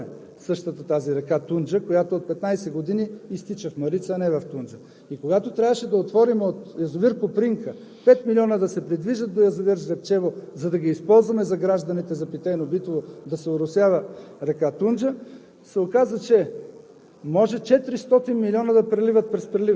да няма питейна вода ние трябваше да изпуснем воден ресурс, за да оросяваме същата тази река Тунджа, която от 15 години изтича в Марица, а не в Тунджа. И когато трябваше да отворим от язовир „Копринка“ 5 милиона да се придвижат до язовир „Жребчево“, за да ги използваме за гражданите за питейно-битово, да се оросява река Тунджа,